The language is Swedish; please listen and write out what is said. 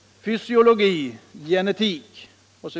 fysiologi, genetik m.m.